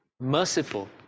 merciful